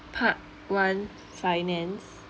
part one finance